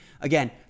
Again